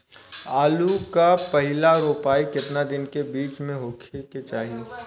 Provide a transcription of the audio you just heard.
आलू क पहिला रोपाई केतना दिन के बिच में होखे के चाही?